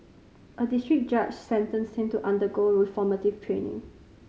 a district judge sentenced him to undergo reformative training